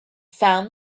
found